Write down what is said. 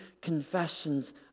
confessions